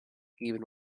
even